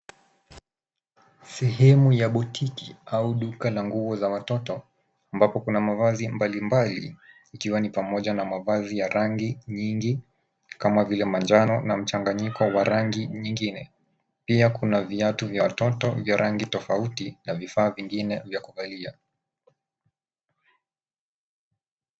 Sehemu ya botiki, au duka la nguo za watoto, ambapo kuna mavazi mbalimbali ikiwa ni pamoja na mavazi ya rangi nyingi kama vile manjano na mchanganyiko wa rangi nyingine. Pia kuna viatu vya watoto vya rangi tofauti, na vifaa vingine vya kuvalia.